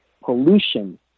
pollution